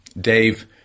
Dave